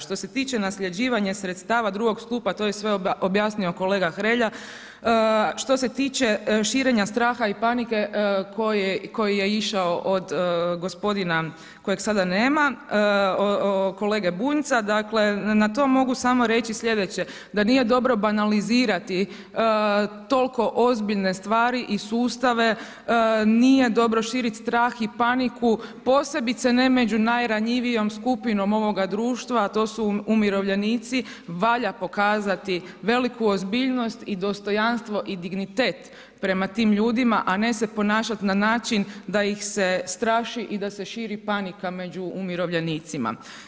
Što se tiče nasljeđivanja sredstava drugog stupa to je sve objasnio kolega Hrelja, što se tiče širenja straha i panike koji je išao od gospodina kojeg sada nema, kolege Bunjca, dakle na to mogu samo reći sljedeće da nije dobro banalizirati toliko ozbiljne stvari i sustave, nije dobro širiti strah i paniku posebice ne među najranjivijom skupinom ovoga društva a to su umirovljenici valja pokazati veliku ozbiljnost i dostojanstvo i dignitet prema tim ljudima a ne se ponašati na način da ih se straši i da se širi panika među umirovljenicima.